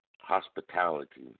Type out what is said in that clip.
hospitality